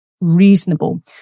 reasonable